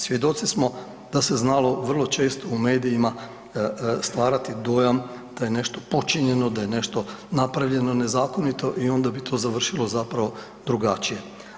Svjedoci smo da se znalo vrlo često u medijima stvarati dojam da je nešto počinjeno, da je nešto napravljeno nezakonito i onda bi to završilo zapravo drugačije.